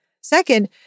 Second